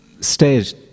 stage